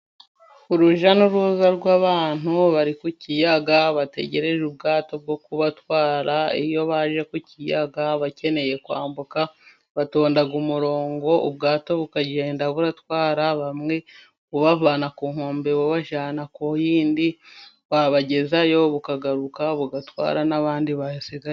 Urujya n'uruza rw'abantu bari ku kiyaga, bategereje ubwato bwo kubatwara, iyo baje ku kiyaga bakeneye kwambuka, batonda umurongo, ubwato bukagenda buratwara bamwe, bubavana ku nkombe bubajyana ku yindi, bwabagezayo bukagaruka bugatwara n'abandi bahasigaye.